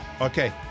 Okay